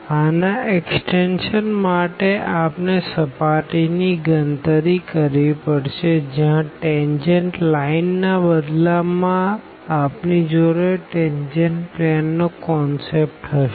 આના એક્સ્ટેંશન માટે આપણે સર્ફેસ ની ગણતરી કરવી પડશે જ્યાં ટેનજેન્ટ લાઈન ના બદલા માં આપણી જોડે ટેનજેન્ટ પ્લેન નો કોન્સેપ્ટ હશે